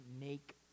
make